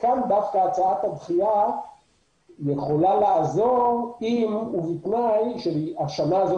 כאן הצעת הדחייה יכולה לעזור אם ובתנאי שהשנה הזאת